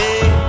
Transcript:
hey